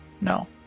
No